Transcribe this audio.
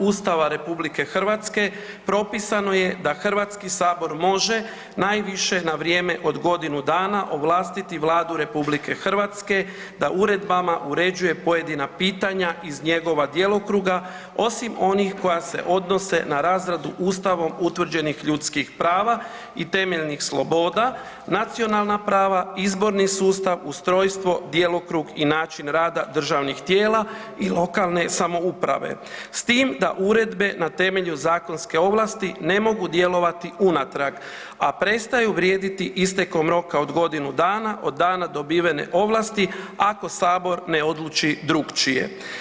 Ustava RH propisano je da Hrvatski sabor može najviše na vrijeme od godinu dana ovlastiti Vladu RH da uredbama uređuje pojedina pitanja iz njegova djelokruga osim onih koja se odnose na razradu Ustavom utvrđenih ljudskih prava i temeljnih sloboda, nacionalna prava, izborni sustav, ustrojstvo, djelokrug i način rada državnih tijela i lokalne samouprave s tim da uredbe na temelju zakonske ovlasti ne mogu djelovati unatrag, a prestaju vrijediti istekom roka od godinu dana od dana dobivene ovlasti ako sabor ne odluči drugačije.